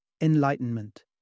enlightenment